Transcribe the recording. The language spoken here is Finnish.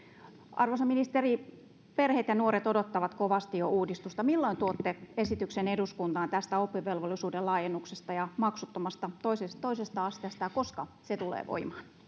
arvoisa ministeri perheet ja nuoret odottavat kovasti jo uudistusta milloin tuotte esityksen eduskuntaan tästä oppivelvollisuuden laajennuksesta ja maksuttomasta toisesta asteesta ja koska se tulee voimaan